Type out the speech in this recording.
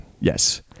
Yes